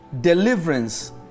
Deliverance